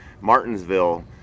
Martinsville